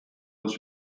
aus